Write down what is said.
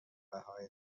بهای